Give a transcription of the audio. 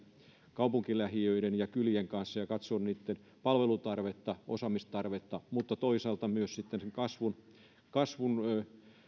kaupunkilähiöiden ja kylien kanssa ja katsoa niitten palvelutarvetta osaamistarvetta mutta toisaalta sitten myös sen kasvun kasvun